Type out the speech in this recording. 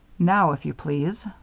now, if you please,